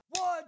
One